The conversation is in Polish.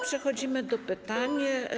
Przechodzimy do pytań.